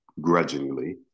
grudgingly